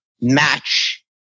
match